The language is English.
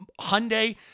hyundai